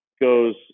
goes